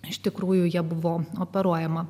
iš tikrųjų jie buvo operuojama